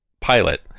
pilot